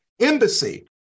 embassy